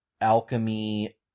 alchemy